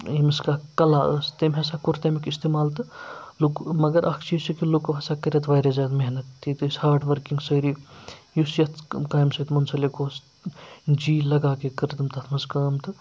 ییٚمِس کانٛہہ کلا ٲس تٔمۍ ہَسا کوٚر تَمیُک اِستعمال تہٕ مگر اَکھ چیٖز چھِ کہِ لُکو ہَسا کٔر ییٚتہِ واریاہ زیادٕ محنت ییٚتہِ ٲسۍ ہاڈ ؤرکِنٛگ سٲری یُس یَتھ کامہِ سۭتۍ مُنسَلِک اوس جی لَگا کے کٔر تٔمۍ تَتھ منٛز کٲم تہٕ